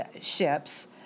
ships